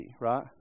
right